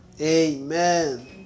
Amen